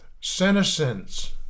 senescence